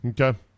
Okay